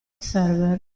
server